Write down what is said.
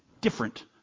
different